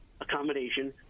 accommodation